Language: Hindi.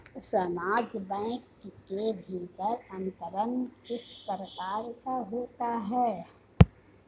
समान बैंक के भीतर अंतरण किस प्रकार का होता है?